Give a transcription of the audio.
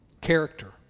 character